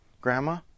Grandma